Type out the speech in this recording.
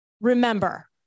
remember